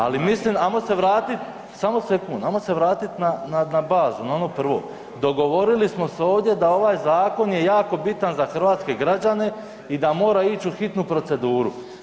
Ali mislim, ajmo se vratit, samo sekund, ajmo se vratiti na bazu, na ono prvo, dogovorili smo se ovdje da ovaj zakon je jako bitan za hrvatske građane i da mora ić u hitnu proceduru.